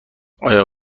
آیا